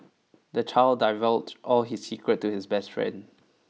the child divulged all his secrets to his best friend